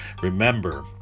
Remember